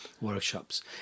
workshops